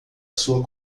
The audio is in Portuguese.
sua